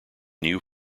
new